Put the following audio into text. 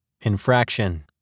Infraction